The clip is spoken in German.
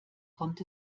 kommt